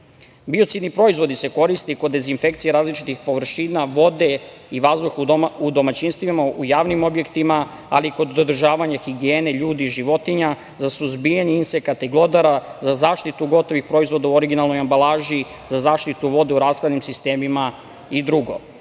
sredinu. Biocidni proizvodi koji se koriste kod dezinfekcije različitih površina vode i vazduha u domaćinstvima, u javnim objektima, ali i kod održavanja higijene ljudi, životinja, za suzbijanje insekata i glodara, za zaštitu gotovih proizvoda u originalnoj ambalaži, za zaštitu vode u rashladnim sistemima i dr.Osim